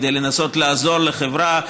כדי לנסות לעזור לחברה.